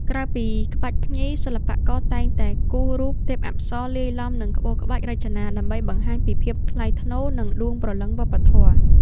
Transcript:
ក្រៅពីក្បាច់ភ្ញី សិល្បករតែងតែគូររូប ទេពអប្សរ លាយឡំនឹងក្បូរក្បាច់រចនា ដើម្បីបង្ហាញពីភាពថ្លៃថ្នូរ និងដួងព្រលឹងវប្បធម៌។